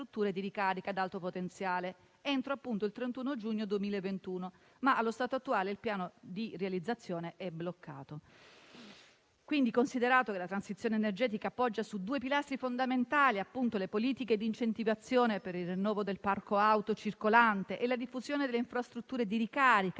di ricarica ad alto potenziale entro il 30 giugno 2021, ma allo stato attuale il piano di realizzazione è bloccato. Considerato che la transizione energetica poggia su due pilastri fondamentali (le politiche di incentivazione per il rinnovo del parco auto circolante e la diffusione delle infrastrutture di ricarica